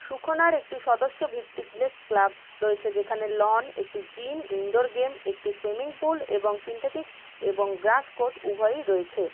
সুখোনার একটি সদস্যভিত্তিক lake club রয়েছে যেখানে লন একটি জিম ইনডোর গেম একটি সুইমিং পুল এবং সিনথেটিক এবং গ্রাস কোর্ট উভয়ই রয়েছে